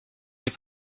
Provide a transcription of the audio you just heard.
les